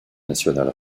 naturel